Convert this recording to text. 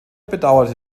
bedauerte